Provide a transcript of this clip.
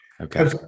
Okay